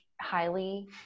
highly